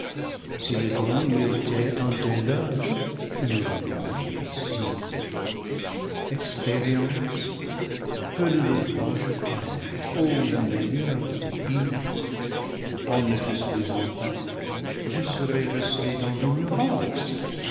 si le don eût été un des leurs il n'aurait pas crû ici expérience que ne le dois-je pas ô le meilleur des guides en ne te suivant pas je serais restée dans l'ignorance